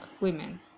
women